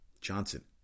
Johnson